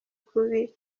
kubi